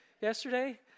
yesterday